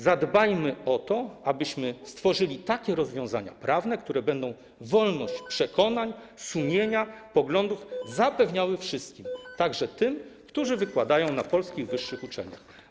Zadbajmy o to, abyśmy stworzyli takie rozwiązania prawne, które będą wolność przekonań, sumienia, poglądów zapewniały wszystkim, także tym, którzy wykładają na polskich wyższych uczelniach.